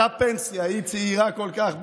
אתה בפנסיה והיא צעירה כל כך,